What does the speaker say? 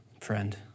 friend